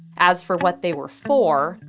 as for what they were for,